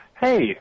Hey